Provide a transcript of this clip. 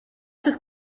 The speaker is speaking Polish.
tych